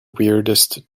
weirdest